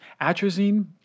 Atrazine